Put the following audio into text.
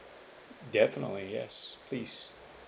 definitely yes please